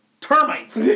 Termites